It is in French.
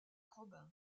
robin